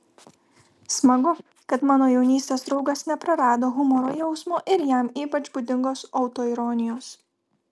smagu kad mano jaunystės draugas neprarado humoro jausmo ir jam ypač būdingos autoironijos